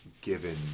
given